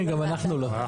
כן, גם אנחנו לא.